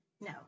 No